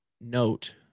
note